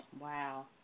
Wow